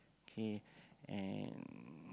K and